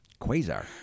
Quasar